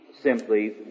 simply